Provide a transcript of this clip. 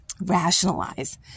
rationalize